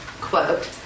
quote